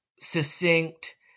succinct